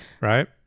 right